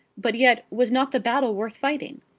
but yet, was not the battle worth fighting?